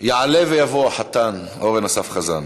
יעלה ויבוא החתן, אורן אסף חזן.